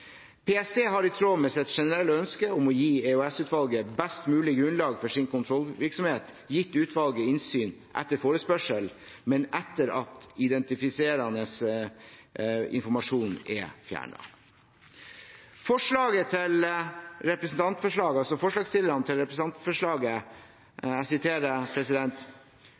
PST har, i tråd med sitt generelle ønske om å gi EOS-utvalget best mulig grunnlag for sin kontrollvirksomhet, gitt utvalget innsyn etter forespørsel, men etter at identifiserende informasjon er fjernet. Representantforslagets forslagsstillere «vil påpeke at en forutsetning for å gi EOS-utvalget tilgang til